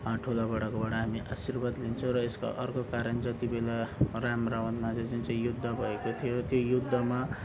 ठुलाबडाकोबाट हामी आशीर्वाद लिन्छौँ र यसको अर्को कारण जति बेला राम रावणमाझ जुन चाहिँ युद्ध भएको थियो त्यो युद्धमा